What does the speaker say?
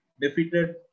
Defeated